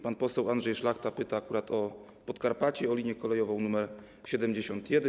Pan poseł Andrzej Szlachta pyta akurat o Podkarpacie, o linię kolejową nr 71.